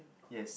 yes